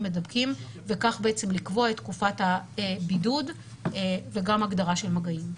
נדבקים וכך בעצם לקבוע את תקופת הבידוד וגם הגדרה של מגעים.